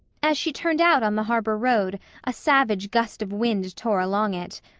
as she turned out on the harbor road a savage gust of wind tore along it.